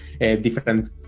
different